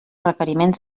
requeriments